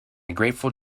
grateful